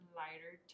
lighter